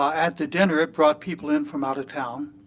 at the dinner it brought people in from out of town.